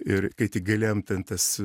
ir kai tik galėjom ten tas